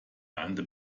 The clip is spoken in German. ernte